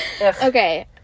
okay